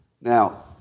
Now